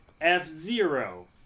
F-Zero